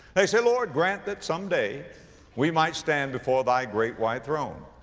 they say, lord, grant that someday we might stand before thy great white throne.